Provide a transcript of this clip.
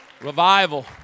Revival